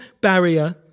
barrier